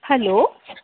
hello